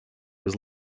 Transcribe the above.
was